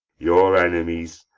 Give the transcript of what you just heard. your enemies,